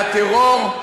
על הטרור?